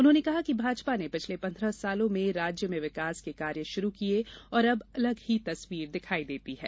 उन्होंने कहा कि भाजपा ने पिछले पंद्रह सालों में राज्य में विकास के कार्य शुरू किए और अब अलग ही तस्वीर दिखायी देती है